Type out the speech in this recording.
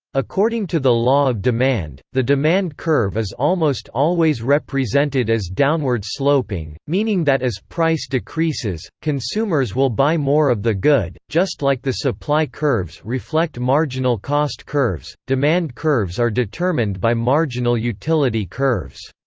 according to the law of demand, the demand curve is almost always represented as downward-sloping, meaning that as price decreases, consumers will buy more of the good just like the supply curves reflect marginal cost curves, demand curves are determined by marginal utility curves.